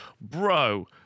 bro